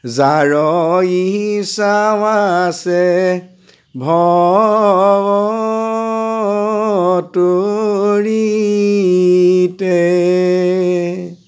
যাৰ ইচ্ছা আছে ভৱ তৰিতে